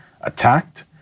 attacked